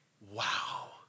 wow